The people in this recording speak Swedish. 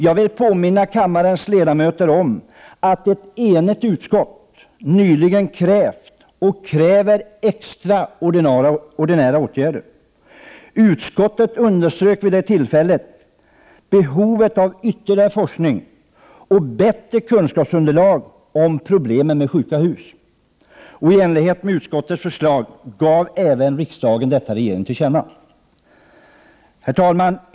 Jag vill påminna kammarens ledamöter om att ett enigt utskott krävt och kräver extraordinära åtgärder. Utskottet underströk vid det tillfället behovet av ytterligare forskning och bättre kunskapsunderlag om problemet med sjuka hus. I enlighet med utskottets förslag gav riksdagen även regeringen detta till känna. Herr talman!